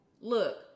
Look